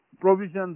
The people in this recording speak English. provisions